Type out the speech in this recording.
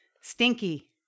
Stinky